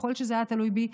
ככל שזה היה תלוי בי,